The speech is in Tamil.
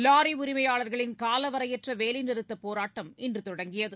லாரிஉரிமையாளர்களின் காலவரையற்றவேலைநிறுத்தபோராட்டம் இன்றுதொடங்கியது